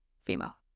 female